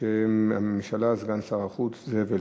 בשם הממשלה סגן שר החוץ זאב אלקין.